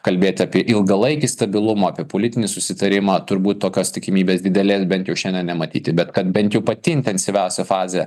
kalbėt apie ilgalaikį stabilumą apie politinį susitarimą turbūt tokios tikimybės didelės bent jau šiandien nematyti bet kad bent jau pati intensyviausia fazė